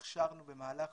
הכשרנו במהלך